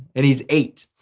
and he's ate,